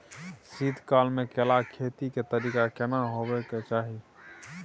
शीत काल म केला के खेती के तरीका केना होबय के चाही?